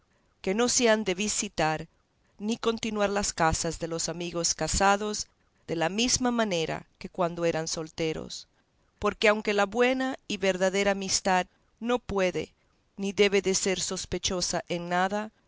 que no se han de visitar ni continuar las casas de los amigos casados de la misma manera que cuando eran solteros porque aunque la buena y verdadera amistad no puede ni debe de ser sospechosa en nada